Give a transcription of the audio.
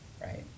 right